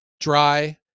dry